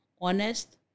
honest